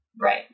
Right